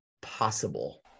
possible